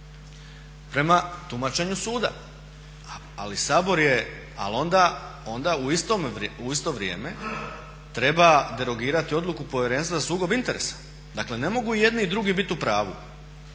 prema tumačenju suda, ali onda u isto vrijeme treba derogirati odluku Povjerenstva za sukob interesa. Dakle ne mogu i jedni i drugi biti u pravu.